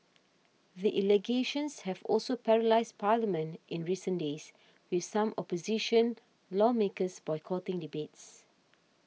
the allegations have also paralysed parliament in recent days with some opposition lawmakers boycotting debates